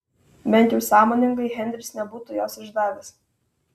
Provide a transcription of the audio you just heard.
bent jau sąmoningai henris nebūtų jos išdavęs